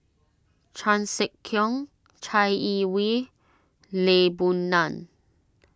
Chan Sek Keong Chai Yee Wei Lee Boon Ngan